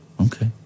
okay